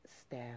staff